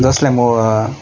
जसलाई म